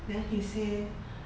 then he say